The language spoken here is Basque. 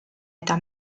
eta